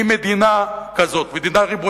כי מדינה ריבונית,